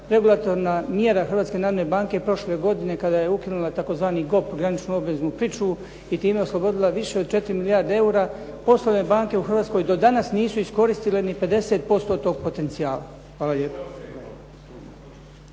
regulatorna mjera Hrvatske narodne banke prošle godine kada je ukinula tzv. GOP, Graničnu obveznu pričuvu i time oslobodila više od 4 milijarde eura. Poslovne banke u Hrvatskoj do danas nisu iskoristile ni 50% tog potencijala. Hvala lijepo.